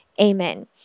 Amen